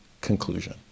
conclusion